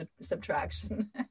subtraction